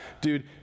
dude